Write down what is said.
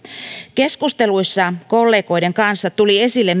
keskusteluissa kollegoiden kanssa tuli esille